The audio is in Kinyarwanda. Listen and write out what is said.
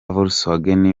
volkswagen